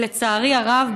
ולצערי הרב,